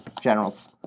generals